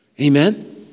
Amen